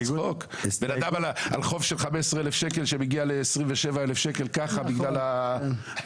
בן אדם עם חוב של 15 אלף שקלים שהגיע ל-27 אלף שקלים בגלל ההליכים.